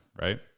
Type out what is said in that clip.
right